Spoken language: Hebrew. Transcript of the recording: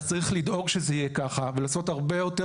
אז צריך לדאוג שזה יהיה ככה ולעשות הרבה יותר